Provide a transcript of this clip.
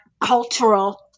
cultural